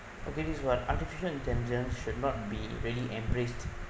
okay this is why artificial intelligent should not be really embraced